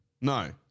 no